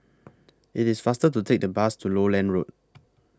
IT IS faster to Take The Bus to Lowland Road